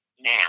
now